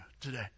today